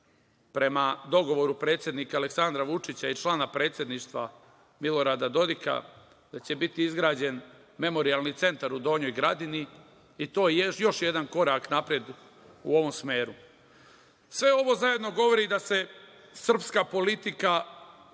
prema dogovoru predsednika Aleksandra Vučića i člana predsedništva Milorada Dodika, Memorijalni centar u Donjoj Gradini i to je još jedan korak napred u ovom smeru. Sve ovo zajedno govori da se srpska politika